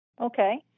okay